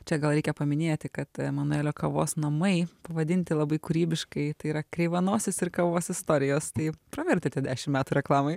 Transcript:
čia gal reikia paminėti kad emanuelio kavos namai pavadinti labai kūrybiškai tai yra kreivanosis ir kavos istorijos tai pavertė tie dešim metų reklamoj